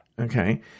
Okay